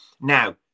Now